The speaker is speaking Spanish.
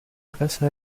casa